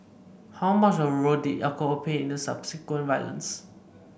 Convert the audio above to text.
how much of a role did alcohol play in the subsequent violence